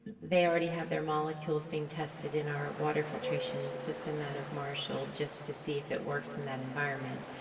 they already have their molecules being tested in our water filtration system out of marshall. just to see if it works in that environment.